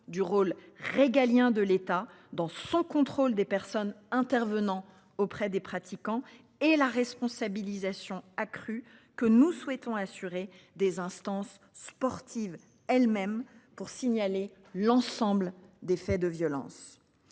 du rôle régalien de l'État dans son contrôle des personnes intervenant auprès des pratiquants et la responsabilisation accrue que nous souhaitons assurer des instances sportives elles-mêmes pour signaler l'ensemble des faits de violence.